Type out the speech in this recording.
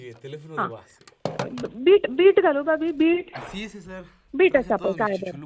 आं beet beet beet घालूं भाभी बीट बीट आसा पळय काय बरे